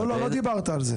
לא, לא דיברת על זה.